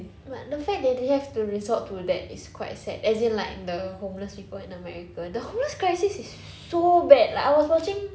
but the fact that they have to resort to that is quite sad as in like the homeless people in america the homeless crisis is so bad like I was watching